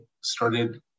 started